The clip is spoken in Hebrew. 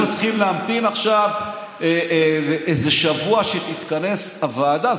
צריכים להמתין עכשיו איזה שבוע שתתכנס הוועדה?